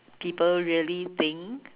people really think